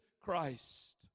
Christ